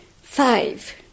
five